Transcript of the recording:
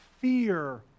fear